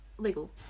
Legal